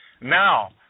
Now